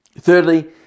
thirdly